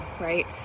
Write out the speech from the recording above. Right